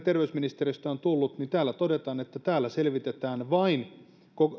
terveysministeriöstä on tullut todetaan että täällä selvitetään vain